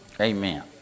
Amen